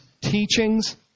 teachings